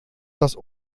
das